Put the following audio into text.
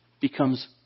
becomes